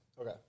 Okay